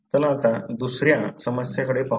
चला आता दुसर्या समस्येकडे पाहू